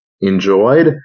enjoyed